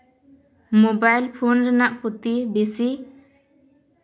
mobile phone ᱨᱮᱱᱟᱜ ᱯᱨᱚᱛᱤ ᱵᱮᱥᱤ